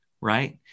right